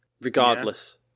regardless